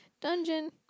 dungeon